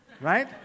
Right